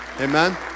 Amen